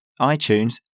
iTunes